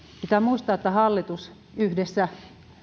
pitää muistaa että hallitus yhdessä